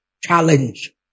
challenge